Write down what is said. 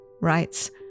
writes